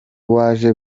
waje